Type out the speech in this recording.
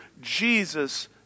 Jesus